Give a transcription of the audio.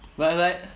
but like